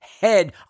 head